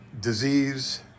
disease